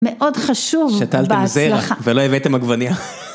מאוד חשוב בהצלחה. שתלתם זרע ולא הבאתם עגבניה.